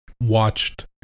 watched